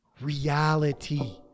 Reality